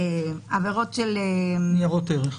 עבירות -- ניירות ערך ותאגידים.